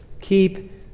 keep